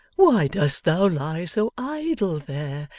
why dost thou lie so idle there,